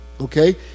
Okay